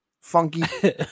Funky